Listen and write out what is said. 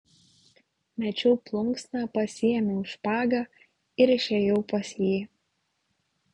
mečiau plunksną pasiėmiau špagą ir išėjau pas jį